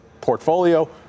portfolio